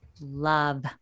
love